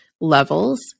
levels